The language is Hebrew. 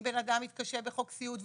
אם בן אדם מתקשה בחוק סיעוד,